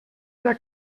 era